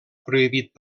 prohibit